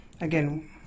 again